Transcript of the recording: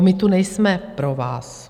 My tu nejsme pro vás.